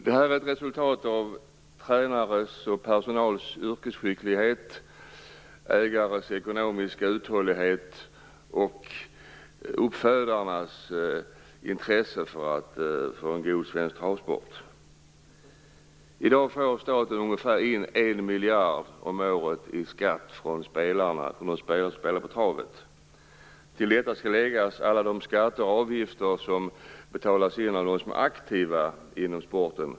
Det är ett resultat av tränares och personals yrkesskicklighet, ägares ekonomiska uthållighet och uppfödares intresse för att få en god svensk travsport. I dag får staten in ungefär 1 miljard om året i skatt från dem som spelar på travet. Till detta skall läggas alla de skatter och avgifter som betalas in av dem som är aktiva inom sporten.